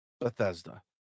Bethesda